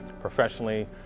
Professionally